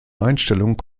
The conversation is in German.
einstellung